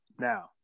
now